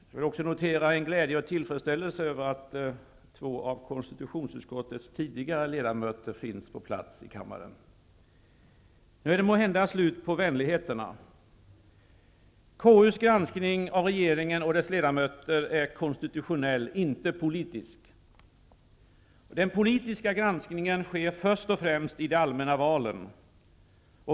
Jag vill också notera en glädje och tillfredsställelse över att två av KU:s tidigare ledamöter finns på plats i kammaren. Nu är det måhända slut på vänligheterna. KU:s granskning av regeringen och dess ledamöter är konstitutionell -- inte politisk. Den politiska granskningen sker först och främst i de allmänna valen.